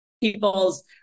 people's